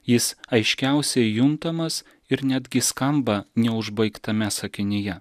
jis aiškiausiai juntamas ir netgi skamba neužbaigtame sakinyje